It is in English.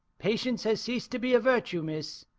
patience has ceased to be a virtue, miss.